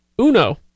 uno